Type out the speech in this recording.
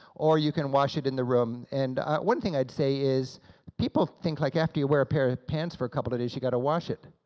or you can wash it in the room. and one thing i'd say is people think, like, after you wear a pair of pants for a couple of days you gotta wash it.